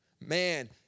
Man